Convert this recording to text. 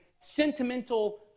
sentimental